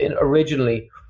originally